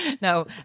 No